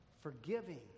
forgiving